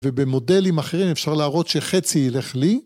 ובמודלים אחרים אפשר להראות שחצי ילך לי.